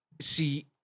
see